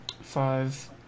five